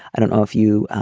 i don't know if you